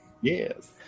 Yes